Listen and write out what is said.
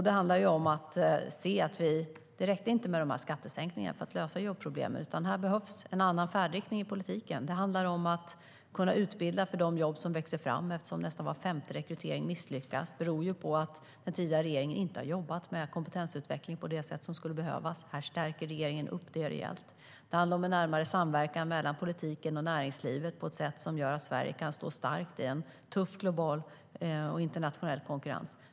Det handlar om att se att det inte räckte med skattesänkningarna för att lösa jobbproblemen. Det behövs en annan färdriktning i politiken. Det handlar om en närmare samverkan mellan politiken och näringslivet på ett sätt som gör att Sverige kan stå starkt i en tuff global och internationell konkurrens.